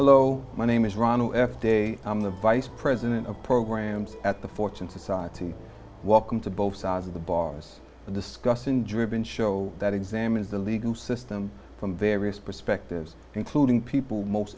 hello my name is ron f day i'm the vice president of programs at the fortune society welcome to both sides of the bars discussion driven show that examines the legal system from various perspectives including people most